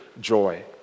joy